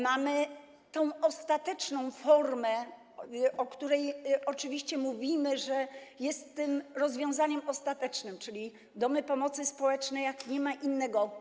Mamy tę ostateczną formę, o której oczywiście mówimy, że jest tym rozwiązaniem ostatecznym, czyli domy pomocy społecznej, jeśli nie ma innego.